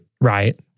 Right